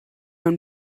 own